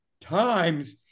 Times